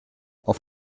auf